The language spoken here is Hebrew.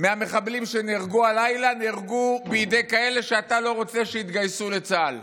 מהמחבלים שנהרגו הלילה נהרגו בידי כאלה שאתה לא רוצה שיתגייסו לצה"ל.